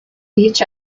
each